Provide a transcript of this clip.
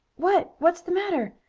what what's the matter?